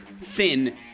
thin